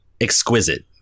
exquisite